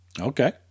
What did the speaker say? Okay